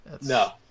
No